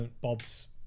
Bob's